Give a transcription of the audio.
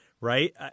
Right